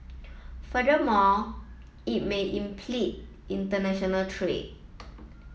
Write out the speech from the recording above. furthermore it may impede international trade